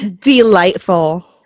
Delightful